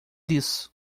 disso